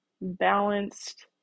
balanced